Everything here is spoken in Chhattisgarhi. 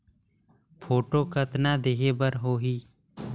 फोटो कतना देहें बर होहि?